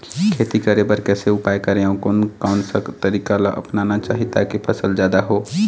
खेती करें बर कैसे उपाय करें अउ कोन कौन सा तरीका ला अपनाना चाही ताकि फसल जादा हो?